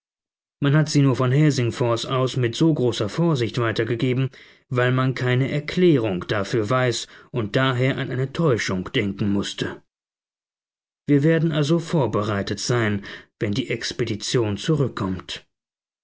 man hat sie nur von helsingfors aus mit so großer vorsicht weitergegeben weil man keine erklärung dafür weiß und daher an eine täuschung denken mußte wir werden also vorbereitet sein wenn die expedition zurückkommt